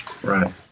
Right